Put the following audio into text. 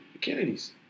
Kennedys